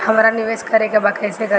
हमरा निवेश करे के बा कईसे करी?